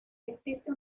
existe